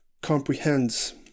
comprehends